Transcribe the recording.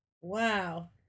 Wow